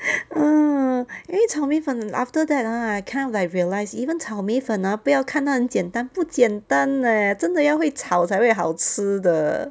ah 因为炒米粉 after that ah I kind of like realise even 炒米粉 ah 不要看他很简单不简单 leh 真的要会炒才会好吃的